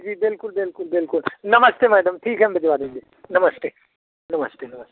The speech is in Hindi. जी बिल्कुल बिल्कुल बिल्कुल नमस्ते मैडम ठीक है हम भिजवा देंगे नमस्ते नमस्ते नमस्ते